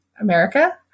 America